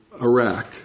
Iraq